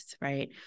right